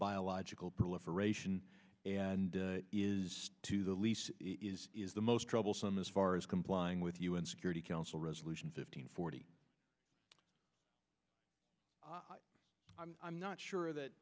biological proliferation and is to the least is the most troublesome as far as complying with un security council resolution fifteen forty i'm not sure that